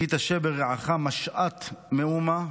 "כי תשה ברעך משאת מאומה,